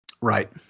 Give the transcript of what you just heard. right